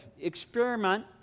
experiment